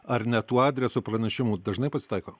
ar ne tuo adresu pranešimų dažnai pasitaiko